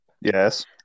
Yes